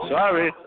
Sorry